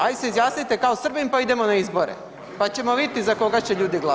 Aj se izjasnite kao Srbin, pa idemo na izbore, pa ćemo vidjeti za koga će ljudi glasat.